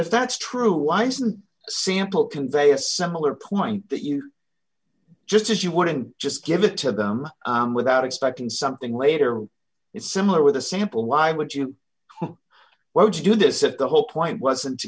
if that's true why isn't sample convey a similar point that you just as you wouldn't just give it to them without expecting something later it's similar with a sample why would you want to do this if the whole point wasn't to